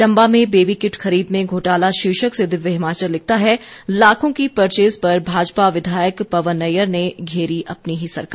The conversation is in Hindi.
चंबा में बेबी किट खरीद में घोटाला शीर्षक से दिव्य हिमाचल लिखता है लाखों की परचेज पर भाजपा विधायक पवन नैय़यर ने घेरी अपनी ही सरकार